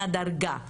הדרגה.